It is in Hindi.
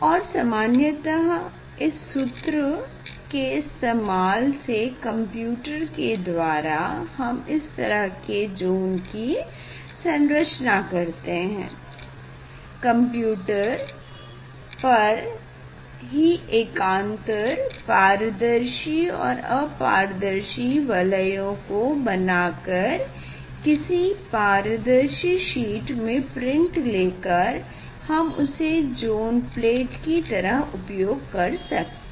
और सामान्यतः इस सूत्र के इस्तेमाल से कम्प्युटर के द्वारा हम इस तरह के ज़ोन की संरचना करते हैं कम्प्युटर पर ही एकांतर पारदर्शी एवं अपारदर्शी वलयों को बना कर किसी पारदर्शी शीट में प्रिन्ट लेकर हम उसे ज़ोन प्लेट की तरह उपयोग कर सकते हैं